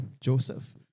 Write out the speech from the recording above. Joseph